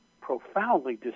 profoundly